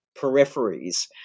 peripheries